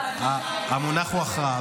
--- המונח הוא הכרעה,